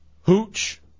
hooch